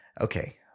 Okay